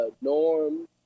Norm